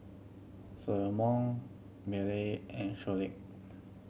Salomon Millie and